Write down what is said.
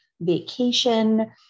vacation